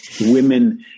women